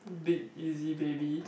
big easy baby